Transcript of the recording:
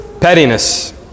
pettiness